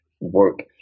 work